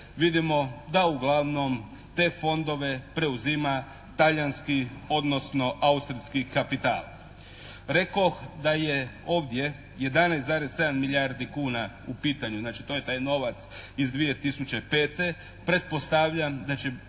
Vidimo da uglavnom te fondove preuzima talijanski odnosno austrijski kapital. Rekoh da je ovdje 11,7 milijardi kuna u pitanju. Znači to je taj novac iz 2005.